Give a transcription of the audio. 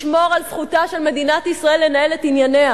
לשמור על זכותה של מדינת ישראל לנהל את ענייניה.